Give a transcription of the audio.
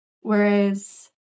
whereas